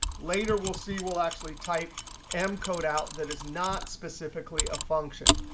later we'll see we'll actually type m code out that is not specifically a function.